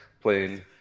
playing